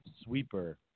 sweeper